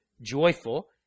joyful